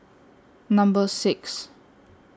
Number six